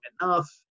enough